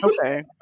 Okay